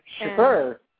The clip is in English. Sure